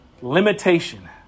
limitation